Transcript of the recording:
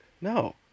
no